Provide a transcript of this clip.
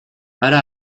hara